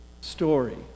Story